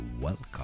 Welcome